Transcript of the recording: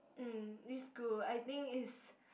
umm is cool I think is